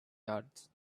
yards